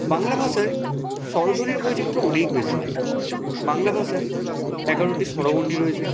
বাংলা ভাষায় স্বরধ্বনির বৈচিত্র্য অনেক বেশি বাংলা ভাষায় এগারোটি স্বরবর্ণ রয়েছে